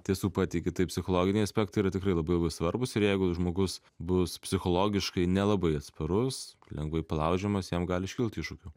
tiesų patiki tai psichologiniai aspektai yra tikrai labai svarbūs ir jeigu žmogus bus psichologiškai nelabai atsparus lengvai palaužiamas jam gali iškilt iššūkių